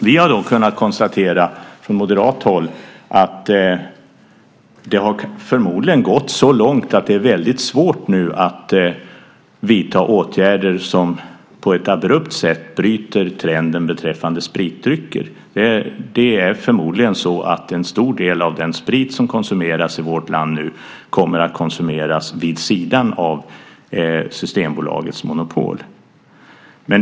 Vi har från moderat håll kunnat konstatera att det förmodligen har gått så långt att det nu är väldigt svårt att vidta åtgärder som på ett abrupt sätt bryter trenden beträffande spritdrycker. Det är förmodligen så att en stor del av den sprit som konsumeras i vårt land kommer att konsumeras vid sidan av den sprit som kommer från Systembolaget.